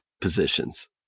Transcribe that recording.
positions